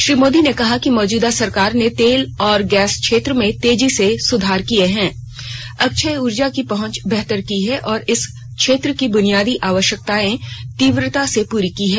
श्री मोदी ने कहा कि मौजूदा सरकार ने तेल और गैस क्षेत्र में तेजी से सुधार किए हैं अक्षय ऊर्जा की पहुंच बेहतर की है और इस क्षेत्र की बुनियादी आवश्यकताएं तीव्रता से पूरी की है